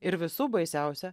ir visų baisiausia